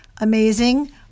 amazing